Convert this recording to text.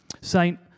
Saint